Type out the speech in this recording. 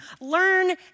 learn